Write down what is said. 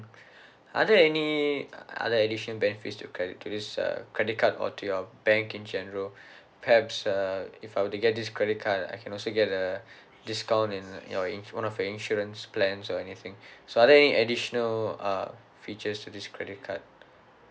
are there any other additional benefits to credit to this uh credit card or to your bank in general perhaps uh if I were to get this credit card I can also get a discount in your in one of your insurance plans or anything so are there any additional uh features to this credit card